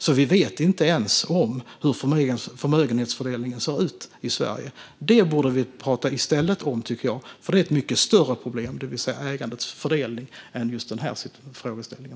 Vi vet alltså inte ens hur förmögenhetsfördelningen ser ut i Sverige. Det borde vi tala om i stället, tycker jag, för ägandets fördelning är ett mycket större problem än just den här frågeställningen.